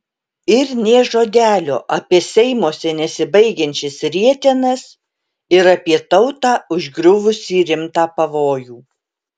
ir nė žodelio apie seimuose nesibaigiančias rietenas ir apie tautą užgriuvusį rimtą pavojų